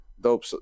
Dope